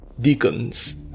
deacons